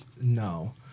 No